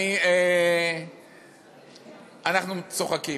אנחנו צוחקים,